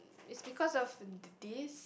it's because of d~ this